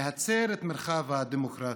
להצר את מרחב הדמוקרטיה.